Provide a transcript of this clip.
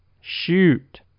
shoot